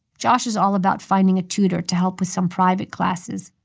josh is all about finding a tutor to help with some private classes.